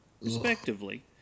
respectively